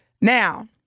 Now